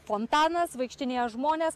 fontanas vaikštinėja žmonės